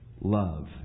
love